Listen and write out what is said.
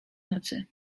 nocy